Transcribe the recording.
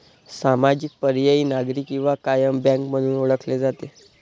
सामाजिक, पर्यायी, नागरी किंवा कायम बँक म्हणून ओळखले जाते